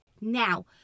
Now